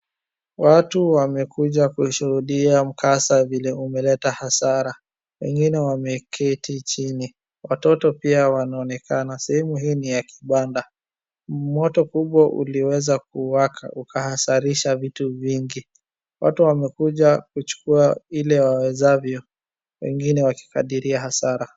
Watu wamekuja kushuhudia mkasa vile umeleta hasara. Wengine wameketi chini. Watoto pia wanaonekana. Sehemu hii ni ya kibanda. Moto kubwa ulioweza kuwaka ukahasarisha vitu vingi. Watu wamekuja kuchukua ile wawezavyo, wengine wakikadhiri hasara.